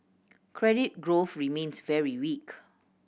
credit growth remains very weak